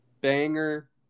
banger